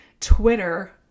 Twitter